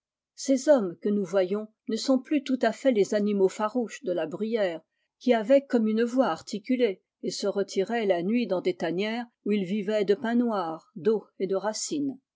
ces hommes que nous voyons ne sont plus tout à fait les animaux farouches de la bruyère qui avaient comme une voix articulée et se retiraient la nuit dans des tanières où ils vivaient de pain noir d'eau et de